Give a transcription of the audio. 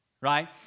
Right